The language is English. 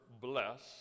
bless